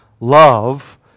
love